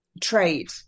trade